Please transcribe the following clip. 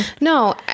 No